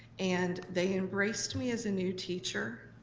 and they embraced me as a new teacher,